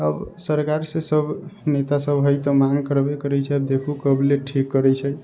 अब सरकारसँ है सभ नेता सभ है तऽ माँग करबै करै छथि देखु कब लऽ ठीक करै छै